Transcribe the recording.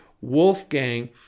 Wolfgang